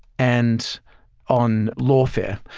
and on lawfare,